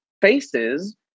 faces